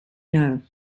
know